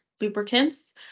lubricants